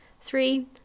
three